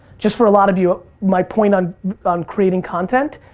just for a lot of you, my point on on creating content,